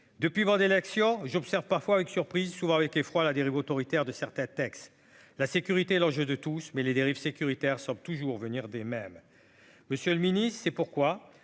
depuis l'action j'observe parfois avec surprise, souvent avec effroi la dérive autoritaire de certains textes, la sécurité, l'enjeu de tous, mais les dérives sécuritaires sont toujours venir des même Monsieur le Ministre, c'est pourquoi